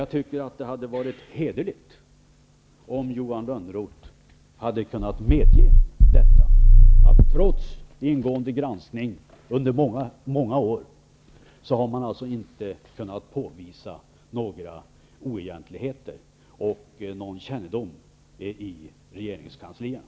Jag tycker att det hade varit hederligt om Johan Lönnroth hade kunnat medge att man, trots ingående granskning under många år, inte har kunnat påvisa några oegentligheter eller någon kännedom i regeringskansliet.